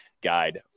guide